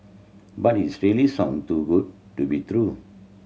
but its sound too good to be true